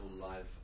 life